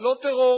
לא טרור,